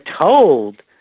told